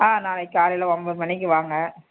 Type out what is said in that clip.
ஆ நாளைக்கு காலையில் ஒம்போது மணிக்கு வாங்க